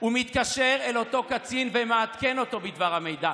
הוא מתקשר אל אותו קצין ומעדכן אותו בדבר המידע.